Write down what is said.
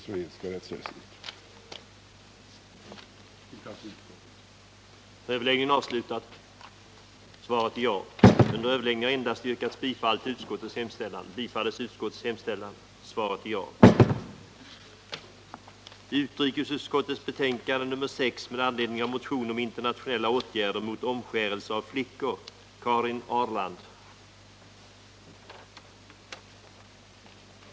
Jag yrkar bifall till utskottets hemställan.